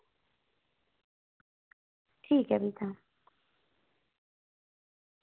ठीक ऐ फ्ही ठीक ऐ फ्ही तां